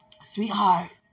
sweetheart